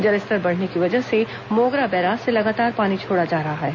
जलस्तर बढ़ने की वजह से मोगरा बैराज से लगातार पानी छोड़ा जा रहा है